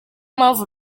mpamvu